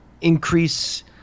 increase